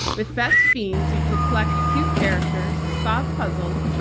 with best fiends, you can collect cute characters, soft puzzles,